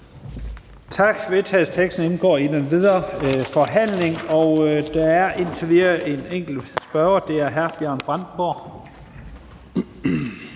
til vedtagelse indgår i den videre forhandling. Der er indtil videre en enkelt spørger, og det er hr. Bjørn Brandenborg.